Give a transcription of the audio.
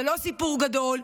זה לא סיפור גדול,